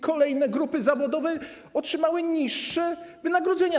Kolejne grupy zawodowe otrzymały niższe wynagrodzenia.